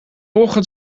ochtend